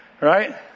Right